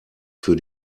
für